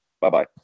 Bye-bye